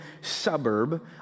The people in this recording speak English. suburb